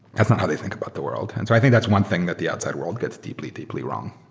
that's not how they think about the world. so i think that's one thing that the outside world gets deeply, deeply wrong.